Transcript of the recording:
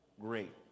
great